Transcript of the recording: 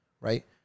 Right